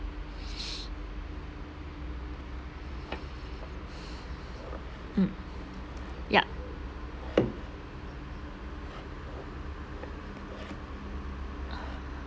mm yup